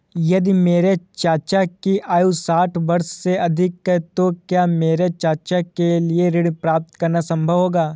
यदि मेरे चाचा की आयु साठ वर्ष से अधिक है तो क्या मेरे चाचा के लिए ऋण प्राप्त करना संभव होगा?